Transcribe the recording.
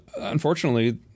Unfortunately